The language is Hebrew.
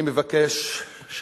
אני מבקש שהממשלה,